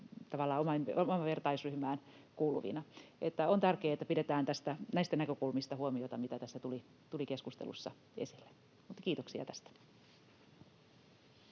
omaan vertaisryhmään kuuluvina. On tärkeää, että pidetään huolta näistä näkökulmista, mitä tässä keskustelussa tuli esille. — Kiitoksia tästä.